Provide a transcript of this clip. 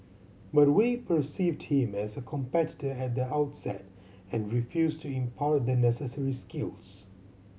but Wei perceived him as a competitor at the outset and refused to impart the necessary skills